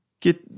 get